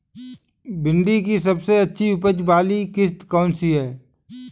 भिंडी की सबसे अच्छी उपज वाली किश्त कौन सी है?